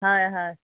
হয় হয়